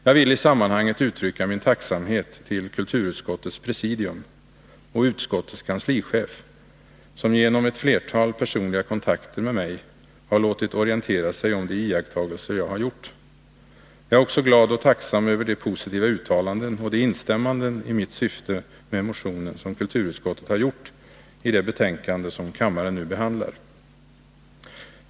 Jag vill i sammanhanget uttrycka min tacksamhet till kulturutskottets presidium och utskottets kanslichef, som genom ett flertal personliga kontakter med mig har låtit orientera sig om de iakttagelser som jag har gjort. Jag är också glad och tacksam över de positiva uttalanden och de instämmanden i mitt syfte med motionen som kulturutskottet har gjort i det betänkande som kammaren nu behandlar.